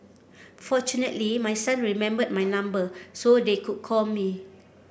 fortunately my son remembered my number so they could call me